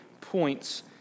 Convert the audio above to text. points